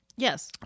Yes